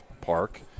park